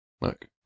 Look